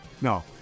No